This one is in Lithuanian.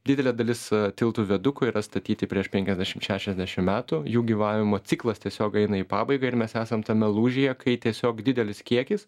didelė dalis tiltų viadukų yra statyti prieš penkiasdešim šešiasdešim metų jų gyvavimo ciklas tiesiog eina į pabaigą ir mes esam tame lūžyje kai tiesiog didelis kiekis